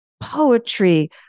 poetry